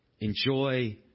Enjoy